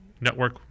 network